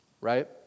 Right